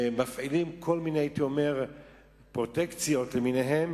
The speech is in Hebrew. ומפעילים כל מיני, הייתי אומר פרוטקציות למיניהן,